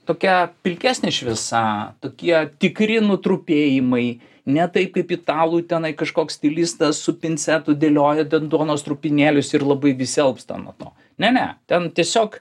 tokia pilkesnė šviesa tokie tikri nutrupėjimai ne taip kaip italų tenai kažkoks stilistas su pincetu dėlioja ten duonos trupinėlius ir labai visi alpsta nuo to ne ne ten tiesiog